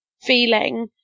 feeling